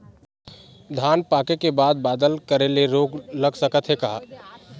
धान पाके के बाद बादल करे ले रोग लग सकथे का?